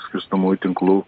skirstomųjų tinklų